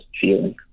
feeling